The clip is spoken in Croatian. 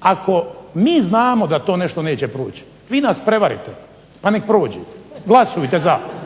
ako mi znamo da to nešto neće proći vi nas prevarite pa nek' prođe, glasujte za.